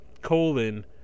colon